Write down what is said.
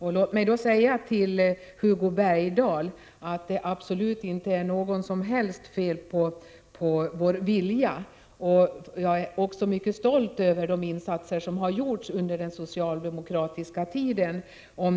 Till Hugo Bergdahl vill jag säga att det absolut inte är något som helst fel på vår vilja. Jag är också mycket stolt över de insatser som har gjorts under den socialdemokratiska tiden.